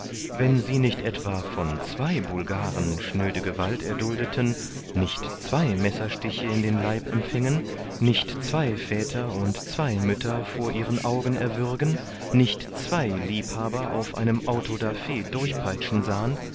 wenn sie nicht etwa von zwei bulgaren schnöde gewalt erduldeten nicht zwei messerstiche in den leib empfingen nicht zwei väter und zwei mütter von ihren augen erwürgen nicht zwei liebhaber auf einem auto da fe durchpeitschen sahen